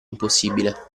impossibile